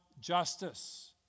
justice